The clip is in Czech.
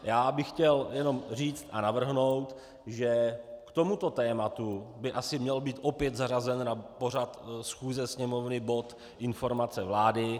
Já bych chtěl jenom říct a navrhnout, že k tomuto tématu by asi měl být opět zařazen na pořad schůze Sněmovny bod informace vlády.